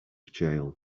jail